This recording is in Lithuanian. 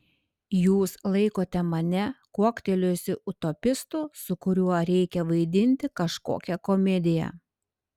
jūs laikote mane kuoktelėjusiu utopistu su kuriuo reikia vaidinti kažkokią komediją